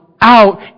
out